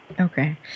Okay